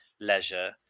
leisure